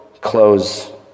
close